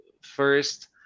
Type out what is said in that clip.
first